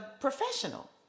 professional